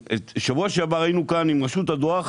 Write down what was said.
בשבוע שעבר היינו כאן עם רשות הדואר,